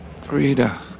Frida